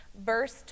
Verse